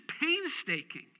painstaking